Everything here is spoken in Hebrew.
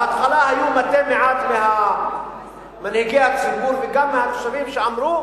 שבהתחלה היו מתי מעט ממנהיגי הציבור וגם מהתושבים שאמרו,